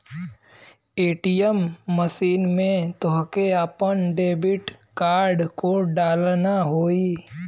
ATM machine में तोहके आपन डेबिट कार्ड को डालना होई